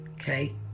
Okay